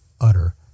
utter